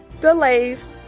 delays